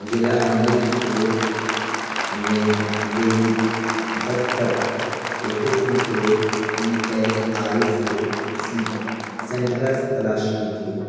ضلع ہمیرپور میں ذیلی دفتر کے قسم کے ای ایس آئی سے سی سنٹرز تلاش کیجیے